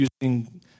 using